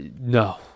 no